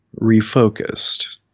Refocused